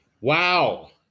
Wow